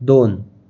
दोन